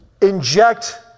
inject